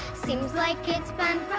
seems like it's been